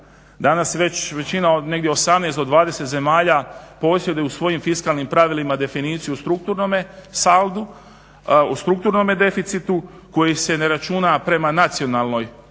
Danas već većina od negdje 18 do 20 zemalja posjeduje u svojim fiskalnim pravilima definiciju o strukturnome saldu, u strukturnome deficitu koje se ne računa prema nacionalnom